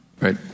Right